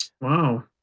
Wow